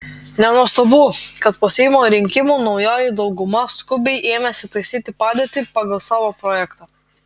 nenuostabu kad po seimo rinkimų naujoji dauguma skubiai ėmėsi taisyti padėtį pagal savo projektą